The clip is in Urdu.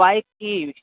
بائیک کی